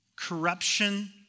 corruption